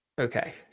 Okay